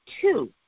two